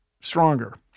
stronger